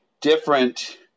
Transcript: different